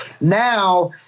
Now